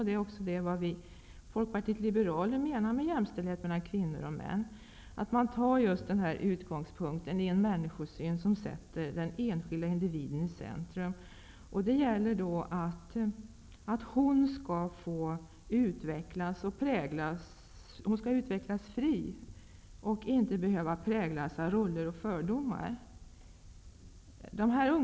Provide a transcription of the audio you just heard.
Det är också vad vi i Folkpartiet liberalerna menar med jämställdhet mellan kvinnor och män -- att man tar just den här utgångspunkten i en människosyn som sätter den enskilde individen i centrum. Det handlar om att individen skall få utvecklas fri och inte behöva präglas av roller och fördomar.